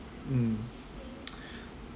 mm